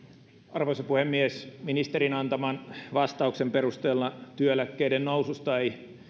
arvoisa puhemies ministerin antaman vastauksen perusteella työeläkkeiden noususta ei